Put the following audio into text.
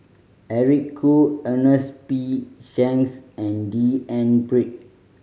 Eric Khoo Ernest P Shanks and D N Pritt